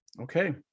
Okay